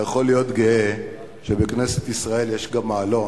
אתה יכול להיות גאה שבכנסת ישראל יש גם מעלון,